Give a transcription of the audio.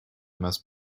most